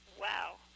Wow